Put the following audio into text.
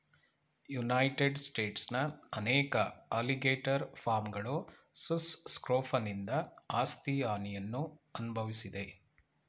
United ಸ್ಟೇಟ್ಸ್ನ ಅನೇಕ alligator ಫಾರ್ಮ್ಗಳು ಸುಸ್ ಸ್ಕ್ರೋಫನಿಂದ ಆಸ್ತಿ ಹಾನಿಯನ್ನು ಅನ್ಭವ್ಸಿದೆ